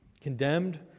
Condemned